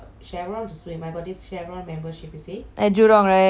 at jurong right ya can lah can lah